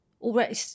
Already